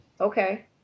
Okay